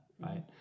right